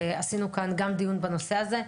ועשינו כאן גם דיון בנושא הזה.